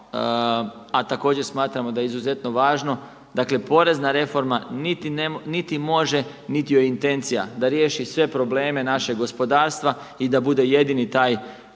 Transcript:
a također smatramo da je izuzetno važno, dakle, porezna reforma niti može niti joj je intencija da riješi sve probleme našeg gospodarstva i da bude jedini taj